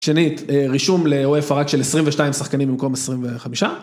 שנית, רישום לאופ״א רק של 22 שחקנים במקום 25.